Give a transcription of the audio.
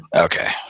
okay